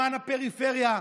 למען הפריפריה,